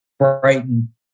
Brighton